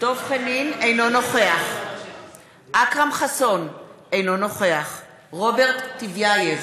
אינו נוכח אכרם חסון, אינו נוכח רוברט טיבייב,